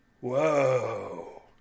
Whoa